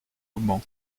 auban